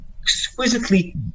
exquisitely